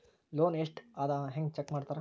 loan ಎಷ್ಟ್ ಅದ ಹೆಂಗ್ ಚೆಕ್ ಮಾಡ್ತಾರಾ